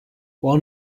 while